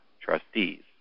Trustees